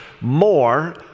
more